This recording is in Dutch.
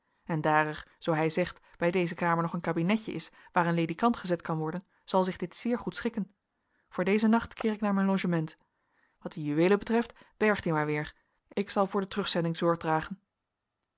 en daar er zoo hij zegt bij deze kamer nog een kabinetje is waar een ledikant gezet kan worden zal zich dit zeer goed schikken voor dezen nacht keer ik naar mijn logement wat die juweelen betreft berg die maar weer ik zal voor de terugzending zorg dragen